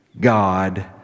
God